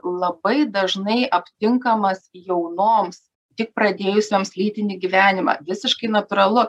labai dažnai aptinkamas jaunoms tik pradėjusioms lytinį gyvenimą visiškai natūralu